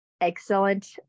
excellent